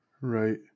right